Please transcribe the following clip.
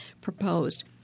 proposed